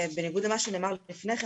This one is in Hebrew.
בניגוד למה שנאמר לפני כן,